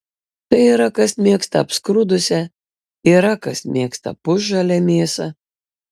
tai yra kas mėgsta apskrudusią yra kas mėgsta pusžalę mėsą